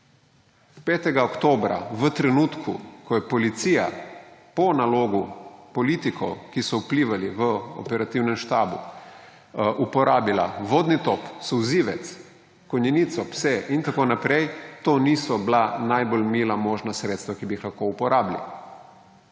5. oktobra v trenutku, ko je policija po nalogu politikov, ki so vplivali v operativnem štabu, uporabila vodni top, solzivec, konjenico, pse in tako naprej, to niso bila najbolj mila možna sredstva, ki bi jih lahko uporabili.